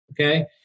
Okay